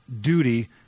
duty